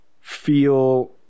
feel